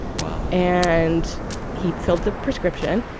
and he filled the prescription.